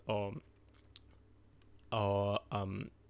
or or um